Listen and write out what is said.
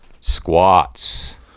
Squats